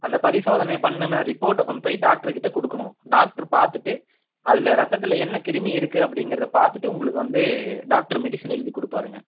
அந்த பரிசோதனை பண்ணுன ரிப்போர்ட்டை கொண்டு போய் டாக்டர் கிட்ட கொடுக்கணும் டாக்டர் பார்த்துட்டு அதில் ரத்தத்தில் என்ன கிருமி இருக்கு அப்படிங்குறதை பார்த்துட்டு உங்களுக்கு வந்து டாக்டர் மெடிசின் எழுதி கொடுப்பாங்க